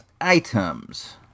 items